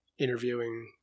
interviewing